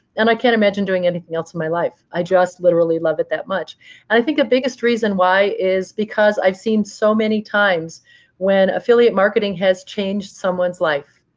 and i can't imagine doing anything else in my life. i just literally love it that much. and i think the biggest reason why is because i've seen so many times when affiliate marketing has changed someone's life,